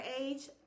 age